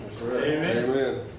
Amen